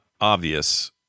obvious